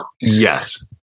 Yes